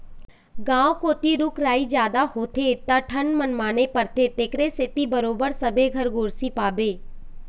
गाँव कोती रूख राई जादा होथे त ठंड मनमाने परथे तेखरे सेती बरोबर सबे घर गोरसी पाबे